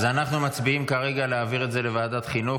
אז אנחנו מצביעים כרגע על להעביר את זה לוועדת חינוך.